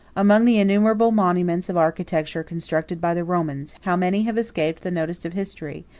among the innumerable monuments of architecture constructed by the romans, how many have escaped the notice of history,